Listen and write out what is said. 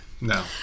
no